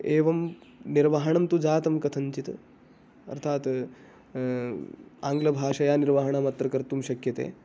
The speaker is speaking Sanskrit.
एवं निर्वहणं तु जातं कथञ्चित् अर्थात् आङ्ग्लभाषया निर्वहणम् अत्र कर्तुं शक्यते